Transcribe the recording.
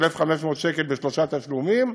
1,500 שקל בשלושה תשלומים,